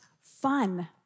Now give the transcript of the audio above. fun